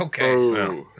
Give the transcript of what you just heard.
Okay